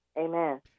Amen